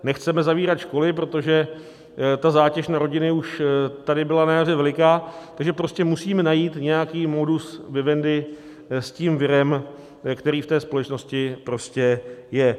Nechceme zavírat školy, protože ta zátěž na rodiny už tady byla na jaře veliká, takže prostě musíme najít nějaký modus vivendi s tím virem, který ve společnosti prostě je.